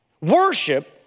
worship